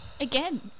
Again